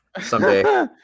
Someday